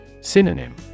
Synonym